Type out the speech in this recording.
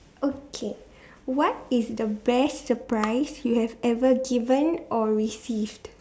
okay what is the best surprise you have ever given or received